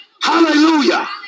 Hallelujah